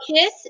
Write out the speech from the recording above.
kiss